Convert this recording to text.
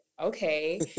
okay